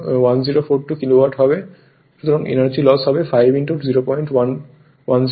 সুতরাং energy loss হবে 5 01042